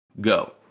go